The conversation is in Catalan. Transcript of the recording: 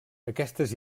aquestes